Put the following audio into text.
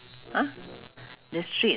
ah then we go and tr~